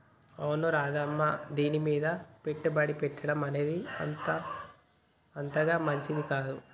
అవును రాధమ్మ దీనిమీద పెట్టుబడి పెట్టడం అనేది అంతగా మంచిది కాదు